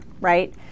right